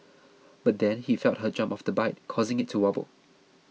but then he felt her jump off the bike causing it to wobble